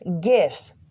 gifts